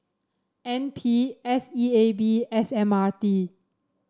N P S E A B and S M R T